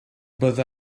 bydda